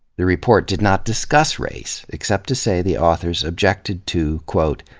the report did not discuss race, except to say the authors objected to, quote,